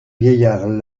vieillard